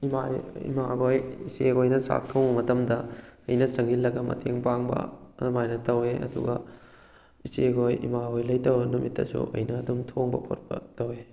ꯏꯃꯥ ꯏꯃꯥꯈꯣꯏ ꯏꯆꯦꯈꯣꯏꯅ ꯆꯥꯛ ꯊꯣꯡꯕ ꯃꯇꯝꯗ ꯑꯩꯅ ꯆꯪꯁꯤꯜꯂꯒ ꯃꯇꯦꯡ ꯄꯥꯡꯕ ꯑꯗꯨꯃꯥꯏꯅ ꯇꯧꯏ ꯑꯗꯨꯒ ꯏꯆꯦꯈꯣꯏ ꯏꯃꯥꯈꯣꯏ ꯂꯩꯇꯕ ꯅꯨꯃꯤꯠꯇꯁꯨ ꯑꯩꯅ ꯑꯗꯨꯝ ꯊꯣꯡꯕ ꯈꯣꯠꯄ ꯇꯧꯏ